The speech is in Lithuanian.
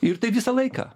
ir taip visą laiką